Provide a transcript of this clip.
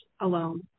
alone